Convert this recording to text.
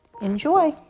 enjoy